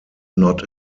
not